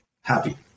happy